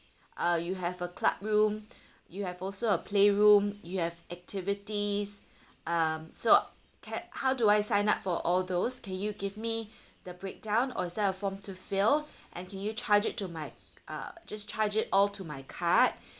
uh you have a club room you have also a playroom you have activities um so can how do I sign up for all those can you give me the breakdown or is there a form to fill and can you charge it to my uh just charge it all to my card